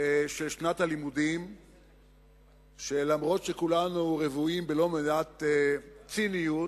אף-על-פי שכולנו רוויים בלא מעט ציניות,